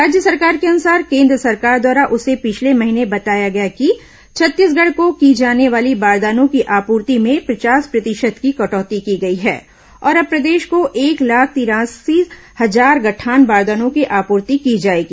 राज्य सरकार के अनुसार केन्द्र सरकार द्वारा उसे पिछले महीने बताया गया कि छत्तीसगढ़ को की जाने वाली बारदानों की आपूर्ति में पचास प्रतिशत की कटौती की गई है और अब प्रदेश को एक लाख तिरालीस हजार गठान बारदानो की आपूर्ति की जाएगी